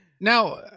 Now